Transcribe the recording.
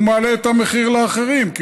הוא מעלה את המחיר לאחרים,